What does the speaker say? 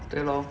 对 lor